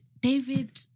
David